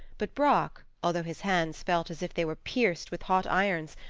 but brock, although his hands felt as if they were pierced with hot irons,